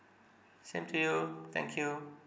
same to you thank you